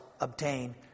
obtain